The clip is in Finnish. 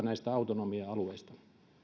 näistä autonomia alueista